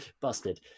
Busted